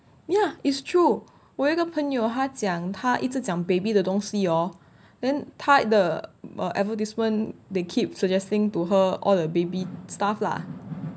ya it's true 我一个朋友他讲他一直讲 baby 的东西 hor then 他的 uh advertisement they keep suggesting to her all the baby stuff lah